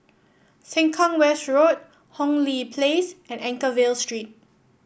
Sengkang West Road Hong Lee Place and Anchorvale Street